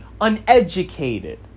uneducated